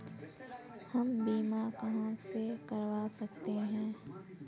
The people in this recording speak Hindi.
हम बीमा कहां से करवा सकते हैं?